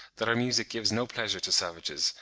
that our music gives no pleasure to savages,